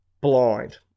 blind